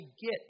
get